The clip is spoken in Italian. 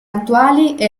attuali